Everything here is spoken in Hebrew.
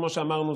כמו שאמרנו,